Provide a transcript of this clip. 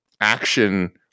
action